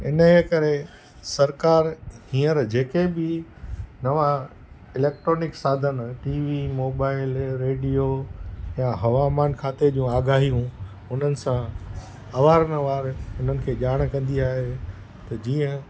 इनजे करे सरकारि हींअर जेके बि नवां इलैक्ट्रॉनिक साधन टी वी मोबाइल रेडियो या हवामान खाते जूं आगाहियूं हुननि सां अवार नवार हुननि खे ॼाण कंदी आहे त जीअं